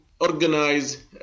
organize